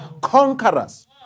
conquerors